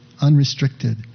unrestricted